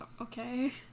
okay